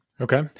Okay